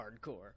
hardcore